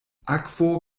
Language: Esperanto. akvo